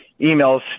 emails